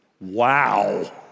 Wow